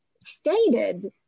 stated